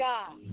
God